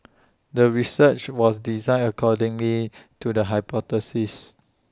the research was designed according to the hypothesis